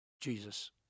Jesus